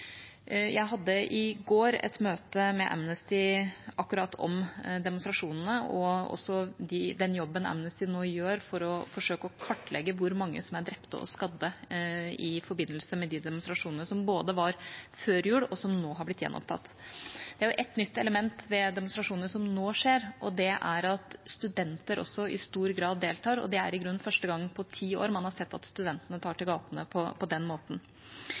Jeg hadde i går et møte med Amnesty om akkurat demonstrasjonene og også den jobben Amnesty nå gjør for å forsøke å kartlegge hvor mange som er blitt drept eller skadet i forbindelse med de demonstrasjonene som både var før jul, og som nå har blitt gjenopptatt. Det er ett nytt element ved demonstrasjonene som nå skjer, og det er at studenter også i stor grad deltar. Det er i grunnen første gang på ti år at man ser at studentene tar til gatene på den måten.